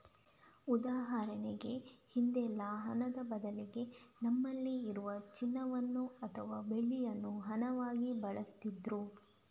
ಉದಾಹರಣೆಗೆ ಹಿಂದೆಲ್ಲ ಹಣದ ಬದಲಿಗೆ ನಮ್ಮಲ್ಲಿ ಇರುವ ಚಿನ್ನವನ್ನ ಅಥವಾ ಬೆಳ್ಳಿಯನ್ನ ಹಣ ಆಗಿ ಬಳಸ್ತಿದ್ರು